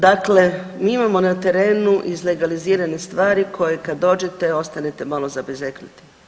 Dakle, mi imamo na terenu izlegalizirane stvari koje kad dođete ostanete malo zabezeknuti.